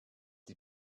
die